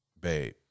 babe